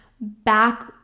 back